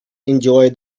enjoy